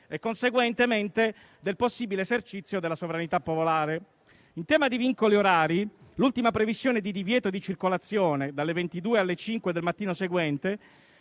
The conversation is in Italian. e, conseguentemente, del possibile esercizio della sovranità popolare. In tema di vincoli orari, l'ultima previsione di divieto di circolazione (dalle 22:00 alle 5:00 del mattino seguente)